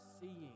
seeing